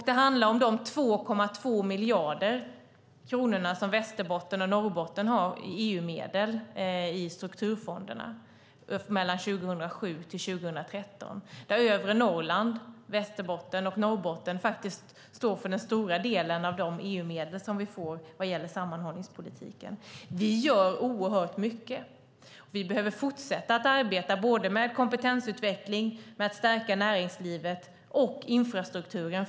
Det handlar om de 2,2 miljarder kronor som Västerbotten och Norrbotten har i EU-medel i strukturfonderna för tiden 2007-2013. Övre Norrland, Västerbotten och Norrbotten står för den stora delen av de EU-medel som Sverige får för sammanhållningspolitiken. Vi gör oerhört mycket. Vi behöver fortsätta att arbeta med kompetensutveckling samt med att stärka näringslivet och infrastrukturen.